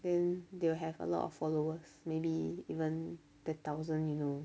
then they will have a lot of followers maybe even ten thousand you know